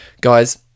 guys